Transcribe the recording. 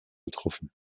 getroffen